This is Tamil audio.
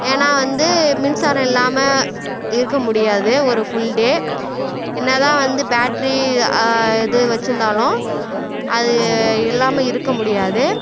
ஏன்னால் வந்து மின்சாரம் இல்லாமல் இருக்க முடியாது ஒரு ஃபுல் டே என்ன தான் வந்து பேட்ரி எது வச்சுருந்தாலும் அது இல்லாமல் இருக்க முடியாது